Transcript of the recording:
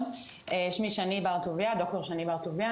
שמי דוקטור שני בר טוביה,